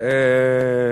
דווקא,